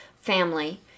family